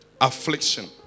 affliction